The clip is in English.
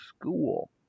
school